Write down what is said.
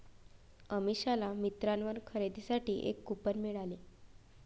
अमिषाला मिंत्रावर खरेदीसाठी एक कूपन मिळाले